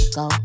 go